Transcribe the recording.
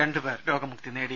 രണ്ടു പേർ രോഗമുക്തി നേടി